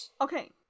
Okay